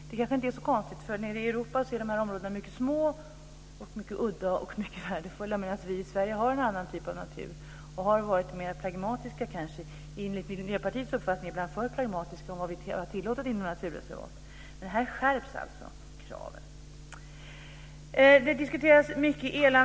Det är egentligen inte så konstigt, för nere i Europa är dessa områden mycket små, udda och mycket värdefulla, medan vi i Sverige har en annan typ av natur och har varit mer pragmatiska - enligt Miljöpartiets uppfattning ibland för pragmatiska - när det gäller att tillåta naturreservat. Men här skärps alltså kraven. Elanvändning diskuteras mycket.